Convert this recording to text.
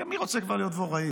מי רוצה כבר להיות דבוראי?